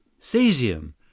Cesium